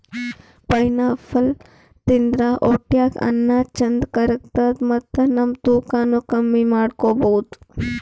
pineapple ತಿಂದ್ರ್ ಹೊಟ್ಟ್ಯಾಗ್ ಅನ್ನಾ ಚಂದ್ ಕರ್ಗತದ್ ಮತ್ತ್ ನಮ್ ತೂಕಾನೂ ಕಮ್ಮಿ ಮಾಡ್ಕೊಬಹುದ್